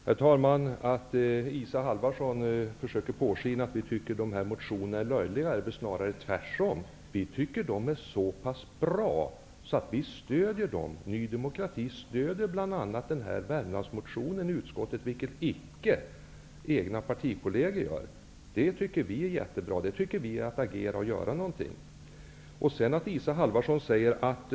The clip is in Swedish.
Herr talman! Isa Halvarsson försöker påskina att vi tycker att dessa motioner är löjliga. Det är väl snarare tvärtom. Vi tycker att de är så pass bra att vi stöder dem. Ny demokrati stöder bl.a. den här Värmlandsmotionen i utskottet, vilket inte de egna partikollegerna till dem som har skrivit motionen gör. Vi tycker att det är jättebra att göra som vi gör. Det tycker vi innebär att vi agerar och gör någonting.